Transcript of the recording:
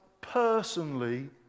personally